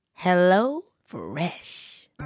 HelloFresh